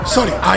Sorry